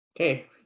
Okay